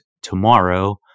tomorrow